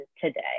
today